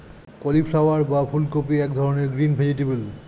cauliflower বা ফুলকপি এক ধরনের গ্রিন ভেজিটেবল